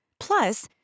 Plus